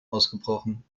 ausgebrochen